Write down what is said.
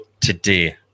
today